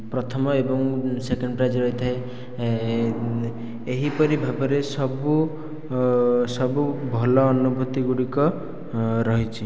ପ୍ରଥମ ଏବଂ second prize ରହିଥାଏ ଏହିପରି ଭାବରେ ସବୁ ସବୁ ଭଲ ଅନୁଭୂତି ଗୁଡ଼ିକ ରହିଛି